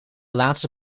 laatste